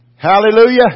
Hallelujah